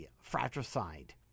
Fratricide